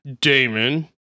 Damon